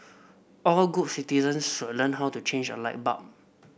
all good citizens should learn how to change a light bulb